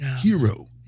hero